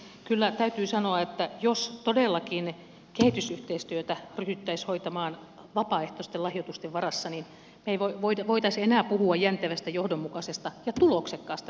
kyllä täytyy sanoa että jos todellakin kehitysyhteistyötä ryhdyttäisiin hoitamaan vapaaehtoisten lahjoitusten varassa niin me emme voisi enää puhua jäntevästä johdonmukaisesta ja tuloksekkaasta kehitysyhteistyöstä